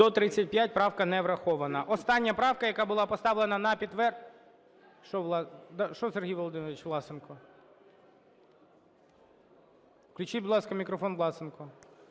За-135 Правка не врахована.